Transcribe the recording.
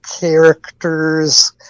characters